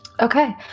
Okay